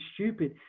stupid